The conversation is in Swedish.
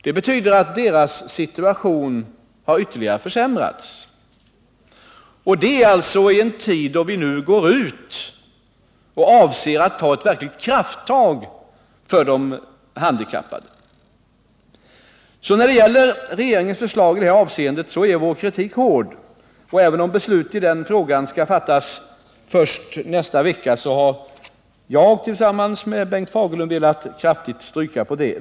Det betyder att deras situation har ytterligare försämrats — och det i en tid då vi går ut för att ta ett verkligt krafttag för de handikappade. När det gäller regeringens förslag i det här avseendet är vår kritik hård. Även om beslutet i den frågan skall fattas först nästa vecka har jag och Bengt Fagerlund nu med kraft velat understryka detta.